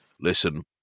Listen